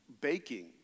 baking